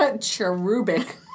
Cherubic